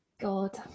God